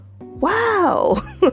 wow